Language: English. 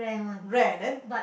rare then